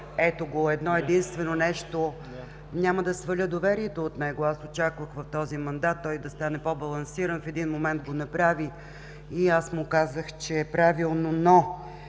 Ето го – едно- единствено нещо: няма да сваля доверието от него. Очаквах в този мандат той да стане по-балансиран, в един момент го направи и аз му казах, че е правилно, но